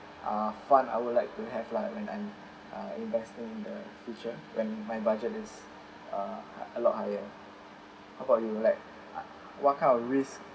uh fund I would like to have lah when I'm uh investing in the future when my budget is uh a lot higher how about you like ah what's kind of risk